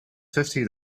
fifty